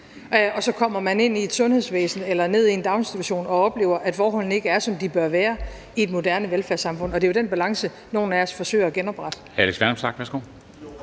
så kommer ind i et sundhedsvæsen eller ned i en daginstitution og oplever, at forholdene ikke er, som de bør være i et moderne velfærdssamfund. Det er jo den balance, nogle af os forsøger at genoprette.